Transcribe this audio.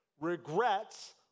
Regrets